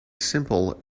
simple